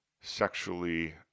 sexually